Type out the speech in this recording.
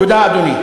תודה, אדוני.